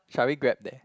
shall we Grab there